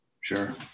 Sure